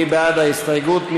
מי בעד ההסתייגות?